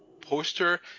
poster